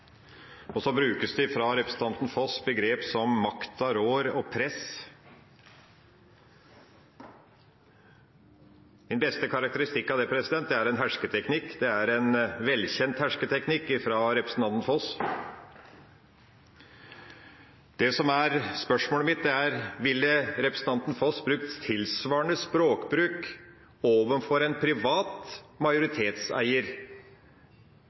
Og så brukes det fra representanten Foss begreper som «makta rår» og «press». Den beste karakteristikk av det er hersketeknikk. Det er en velkjent hersketeknikk fra representanten Foss. Det som er spørsmålet, er: Ville representanten Foss hatt tilsvarende språkbruk overfor en privat majoritetseier?